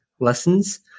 lessons